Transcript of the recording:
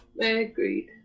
Agreed